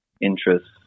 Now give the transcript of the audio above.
interests